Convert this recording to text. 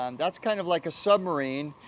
and that's kind of like a submarine,